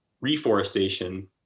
Reforestation